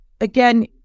Again